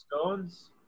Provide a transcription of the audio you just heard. stones